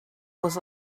was